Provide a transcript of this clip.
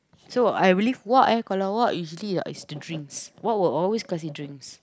so I really Wak eh kalau Wak is usually the drinks Wak will always kasih drinks